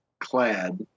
clad